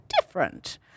different